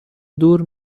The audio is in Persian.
دور